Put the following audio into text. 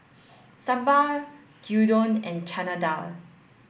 Sambar Gyudon and Chana Dal